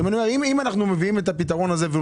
אז אם אנחנו מביאים את הפתרון הזה והוא